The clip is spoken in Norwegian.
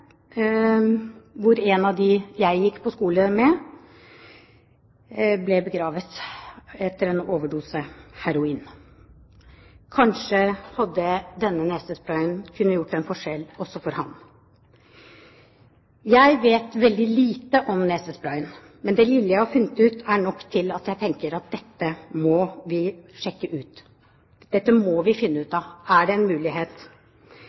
hvor en av dem jeg gikk på skole med, ble begravet etter en overdose heroin. Kanskje kunne denne nesesprayen gjort en forskjell også for ham. Jeg vet veldig lite om nesesprayen, men det lille jeg har funnet ut, er nok til at jeg tenker at dette må vi sjekke ut. Dette må vi finne ut av. Er det en mulighet?